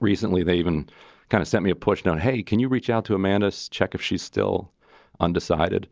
recently, they even kind of sent me a push down. hey. can you reach out to amanda's check if she's still undecided?